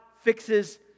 fixes